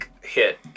hit